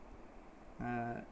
uh